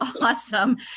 awesome